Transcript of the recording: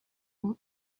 and